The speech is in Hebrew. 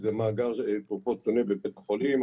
זה מאגר תרופות שונה בבית חולים,